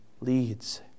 leads